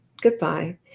goodbye